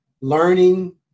learning